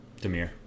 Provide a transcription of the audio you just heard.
Demir